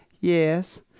yes